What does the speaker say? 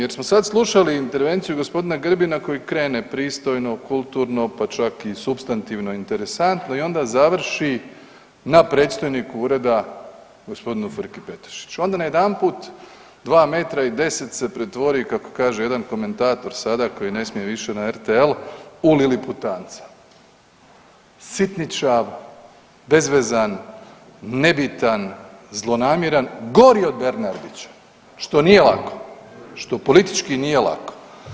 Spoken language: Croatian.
Jer smo sad slušali intervenciju gospodina Grbina koji krene pristojno, kulturno pa čak i supstantivno interesantno i onda završi na predstojniku ureda gospodinu Frki Petešić onda najedanput 2 metra i 10 se pretvori kako kaže jedan komentator sada koji ne smije više na RTL u liliputanca, sitničav, bezvezan, nebitan, zlonamjeran gori od Bernardića što nije lako, što politički nije lako.